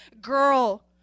girl